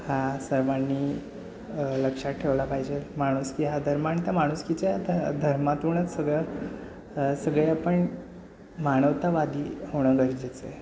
हा सर्वांनी लक्षात ठेवला पाहिजे माणुसकी हा धर्म आणि त्या माणुसकीच्या ध धर्मातूनच सगळं सगळे आपण मानवतावादी होणं गरजेचं आहे